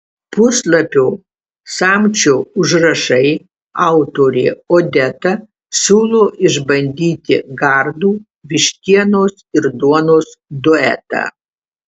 puslapio samčio užrašai autorė odeta siūlo išbandyti gardų vištienos ir duonos duetą